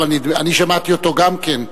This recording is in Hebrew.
אבל שמעתי אותו גם כן.